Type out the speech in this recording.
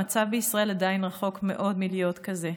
המצב בישראל עדיין רחוק מאוד מלהיות כזה.